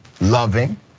loving